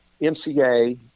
MCA